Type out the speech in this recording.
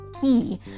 key